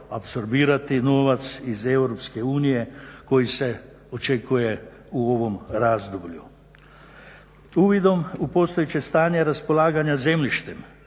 apsorbirati novac iz EU koji se očekuje u ovom razdoblju. Uvidom u postojeće stanje raspolaganja zemljištem